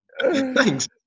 Thanks